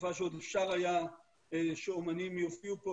בתקופה שעוד אפשר היה שאמנים יופיעו פה,